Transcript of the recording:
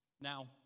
Now